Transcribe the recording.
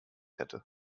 hätte